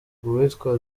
uwitwa